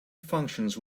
functions